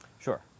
Sure